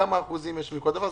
כמה אחוזים יש מכל מגזר.